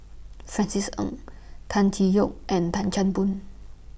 Francis Ng Tan Tee Yoke and Tan Chan Boon